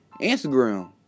Instagram